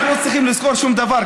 אנחנו לא צריכים לזכור שום דבר,